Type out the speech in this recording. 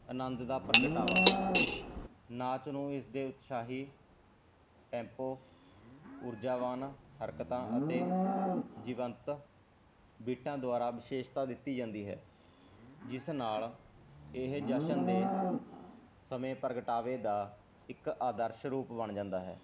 ਆਨੰਦ ਦਾ ਪ੍ਰਗਟਾਵਾ ਨਾਚ ਨੂੰ ਇਸ ਦੇ ਉਤਸ਼ਾਹੀ ਟੈਂਪੋ ਊਰਜਾਵਾਨ ਹਰਕਤਾਂ ਅਤੇ ਜੀਵੰਤ ਬੀਟਾਂ ਦੁਆਰਾ ਵਿਸ਼ੇਸ਼ਤਾ ਦਿੱਤੀ ਜਾਂਦੀ ਹੈ ਜਿਸ ਨਾਲ ਇਹ ਜਸ਼ਨ ਦੇ ਸਮੇਂ ਪ੍ਰਗਟਾਵੇ ਦਾ ਇੱਕ ਆਦਰਸ਼ ਰੂਪ ਬਣ ਜਾਂਦਾ ਹੈ